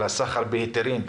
של הסחר בהיתרים,